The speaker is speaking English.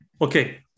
Okay